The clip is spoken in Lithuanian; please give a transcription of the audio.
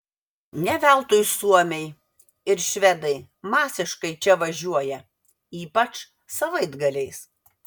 ne veltui suomiai ir švedai masiškai čia važiuoja ypač savaitgaliais